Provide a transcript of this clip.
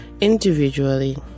individually